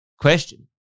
question